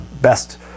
best